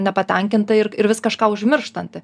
nepatenkinta ir ir vis kažką užmirštanti